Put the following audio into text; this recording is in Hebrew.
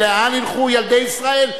לאן ילכו ילדי ישראל,